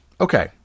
Okay